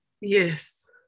Yes